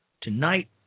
tonight